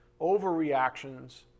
overreactions